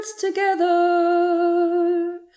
together